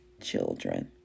children